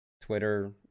Twitter